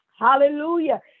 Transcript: Hallelujah